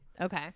Okay